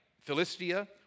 Philistia